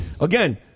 again